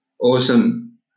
Awesome